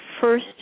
first